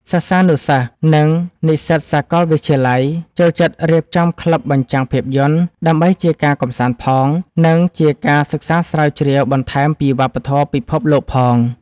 សិស្សានុសិស្ស និងនិស្សិតសាកលវិទ្យាល័យ ចូលចិត្តរៀបចំក្លឹបបញ្ចាំងភាពយន្ត ដើម្បីជាការកម្សាន្តផង និងជាការសិក្សាស្រាវជ្រាវបន្ថែមពីវប្បធម៌ពិភពលោកផង។